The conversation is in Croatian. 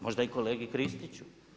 Možda i kolegi Kristiću.